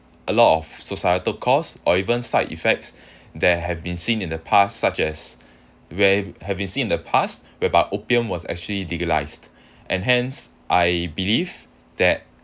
a lot of societal cause or even side effects there have been seen in the past such as we're having seen the past whereby opium was actually legalised and hence I believe that